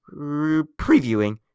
previewing